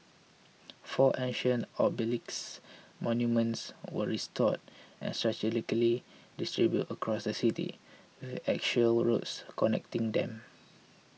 four ancient obelisks monuments were restored and strategically distributed across the city with axial roads connecting them